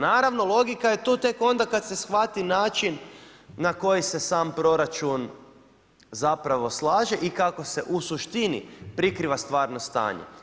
Naravno logika je tu tek onda kad se shvati način na koji se sam proračun zapravo slaže i kako se u suštini prikriva stvarno stanje.